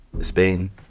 Spain